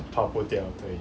跑不掉